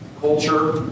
culture